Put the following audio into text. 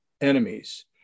enemies